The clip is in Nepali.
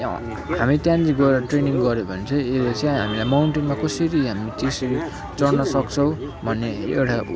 हामी त्यहाँनिर गएर ट्रेनिङ गऱ्यो भने चाहिँ यसले चाहिँ हामीलाई माउन्टेनमा कसरी हामी त्यो सिँडी चड्न सक्छौँ भन्ने एउटा